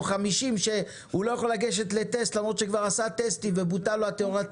או 50 שהוא לא יכול לגשת לטסט למרות שכבר עשה טסטים ובוטל לו התיאוריה,